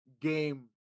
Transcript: game